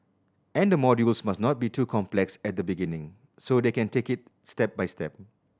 and the modules must not be too complex at the beginning so they can take it a step by step